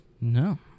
No